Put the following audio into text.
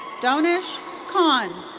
danish khan.